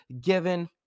Given